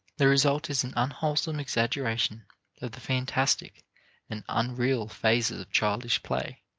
the result is an unwholesome exaggeration of the phantastic and unreal phases of childish play